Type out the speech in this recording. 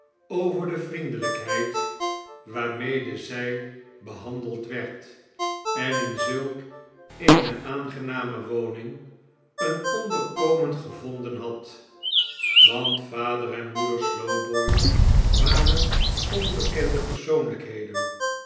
over de vriendelijkihedd waanmede zij behandeld werd en in zulk eene aangename woning een ondarkomen gevonden had want vader en mioedei slowboy waxen onbekende persoonlijkheden